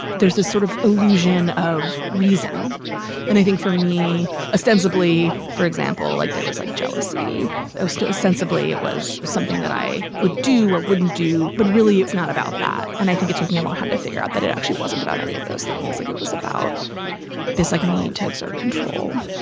there's this sort of illusion of reason and i think for me ostensibly for example like there was like jealousy though still ostensibly it was something that i would do or wouldn't do. but really it's not about that. and i think it took me a while to figure out that it actually wasn't about any of those things like it was about this i like need to exert control